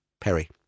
Perry